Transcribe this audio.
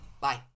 Bye